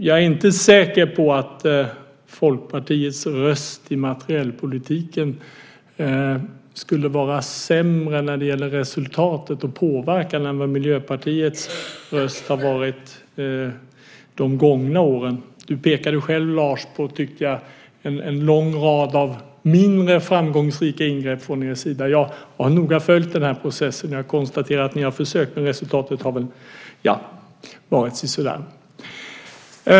Jag är inte säker på att Folkpartiets röst i materielpolitiken skulle vara sämre när det gäller resultatet och påverkan än vad Miljöpartiets röst har varit de gångna åren. Du pekade själv, Lars, på en, tycker jag, lång rad av mindre framgångsrika ingrepp från er sida. Jag har noga följt processen och jag konstaterar att ni har försökt men att resultatet väl har varit sisådär.